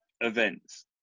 events